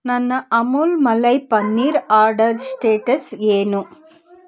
ನನ್ನ Amul malai paneer order status ಏನು